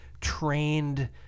trained